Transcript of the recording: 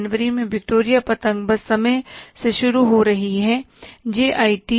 जनवरी में विक्टोरिया पतंग बस समय से शुरू हो रही है जे आई टी